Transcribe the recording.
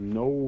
no